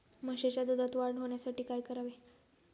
म्हशीच्या दुधात वाढ होण्यासाठी काय करावे?